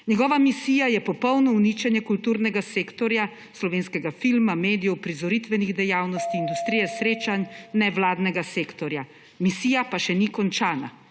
Njegova misija je popolno uničenje kulturnega sektorja, slovenskega filma, medijev, uprizoritvenih dejavnosti, industrije srečanj, nevladnega sektorja. Misija pa še ni končana,